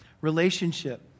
Relationship